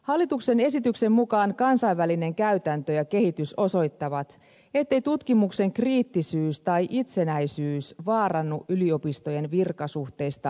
hallituksen esityksen mukaan kansainvälinen käytäntö ja kehitys osoittavat ettei tutkimuksen kriittisyys tai itsenäisyys vaarannu yliopistojen virkasuhteista luovuttaessa